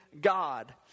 God